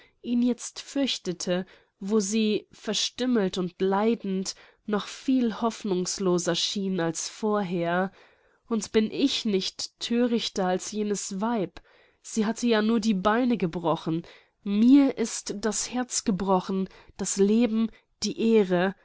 ihn jetzt fürchtete wo sie verstümmelt und leidend noch viel hoffnungsloser schien als vorher und bin ich nicht thörichter als jenes weib sie hatte ja nur die beine gebrochen mir ist das herz gebrochen das leben die ehre